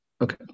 Okay